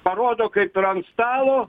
parodo kaip ir ant stalo